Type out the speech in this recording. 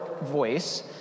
voice